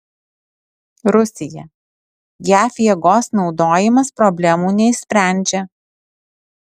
rusija jav jėgos naudojimas problemų neišsprendžia